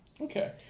Okay